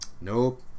nope